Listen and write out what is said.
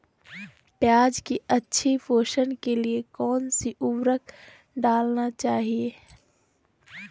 प्याज की अच्छी पोषण के लिए कौन सी उर्वरक डालना चाइए?